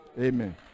Amen